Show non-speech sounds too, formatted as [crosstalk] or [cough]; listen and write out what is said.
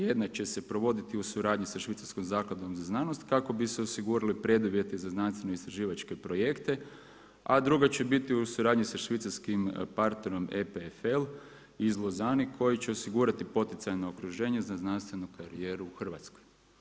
Jedna će se provodi u suradnji sa Švicarskom zakladom za znanost, kako bi se osigurali preduvjeti za znanstveno istraživačke projekte, a druga će biti u suradnji sa Švicarskim partnerom EPFL … [unintelligible] koji će osigurati poticajno okruženje za znanstvenu karijeru u Hrvatskoj.